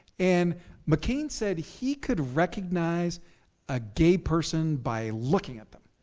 and mccain said he could recognize a gay person by looking at them.